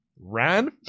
ran